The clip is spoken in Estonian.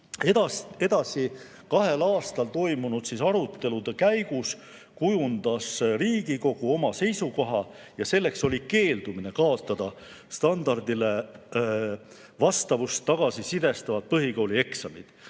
Edasi, kahel aastal toimunud arutelude käigus kujundas Riigikogu oma seisukoha ja selleks oli keeldumine kaotada standardile vastavuse kohta tagasisidestavad põhikoolieksamid.